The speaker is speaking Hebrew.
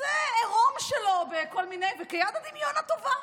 עירום שלו בכל מיני, כיד הדמיון הטובה.